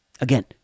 Again